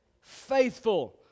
Faithful